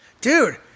Dude